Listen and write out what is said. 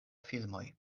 filmoj